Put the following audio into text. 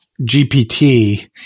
GPT